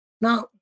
Now